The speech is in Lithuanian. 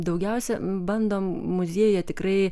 daugiausia bandom muziejuje tikrai